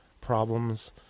problems